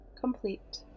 complete